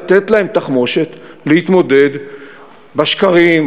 לתת להם תחמושת להתמודד עם שקרים,